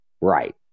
right